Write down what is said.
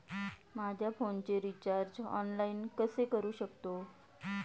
माझ्या फोनचे recharge online कसे करू शकतो?